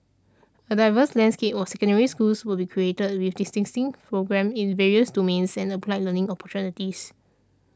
a diverse landscape of Secondary Schools will be created with distinctive programmes in various domains and applied learning opportunities